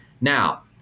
Now